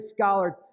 scholar